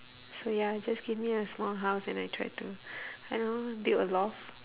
so ya just give me a small house and I try to I don't know build a loft